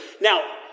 Now